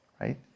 right